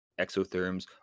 exotherms